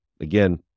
Again